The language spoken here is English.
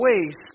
waste